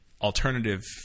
alternative